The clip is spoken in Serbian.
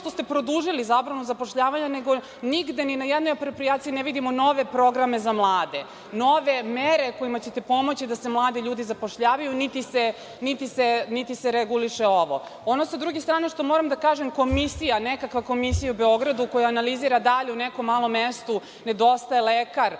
što ste produžili zabranu zapošljavanja, nego nigde ni na jednoj aproprijaciji ne vidimo nove programe za mlade, nove mere kojima ćete pomoći da se mladi ljudi zapošljavaju, niti se reguliše ovo. Sa druge strane, ono što moram da kažem, komisija, nekakva komisija u Beogradu koja analizira da li u nekom malom mestu, nedostaje lekar,